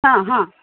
हां हां